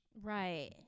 Right